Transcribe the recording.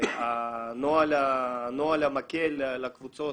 הנוהל המקל על הקבוצות,